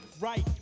right